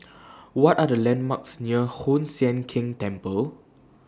What Are The landmarks near Hoon Sian Keng Temple